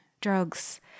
drugs